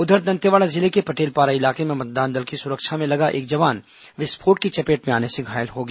उधर दंतेवाड़ा जिले के पटेलपारा इलाके में मतदान दल की सुरक्षा में लगा एक जवान विस्फोट की चपेट में आने से घायल हो गया